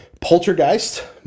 Poltergeist